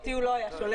אותי הוא לא היה שולח.